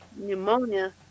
pneumonia